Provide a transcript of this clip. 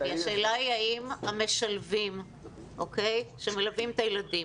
השאלה היא האם המשלבים שמלווים את הילדים,